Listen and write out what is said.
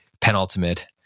penultimate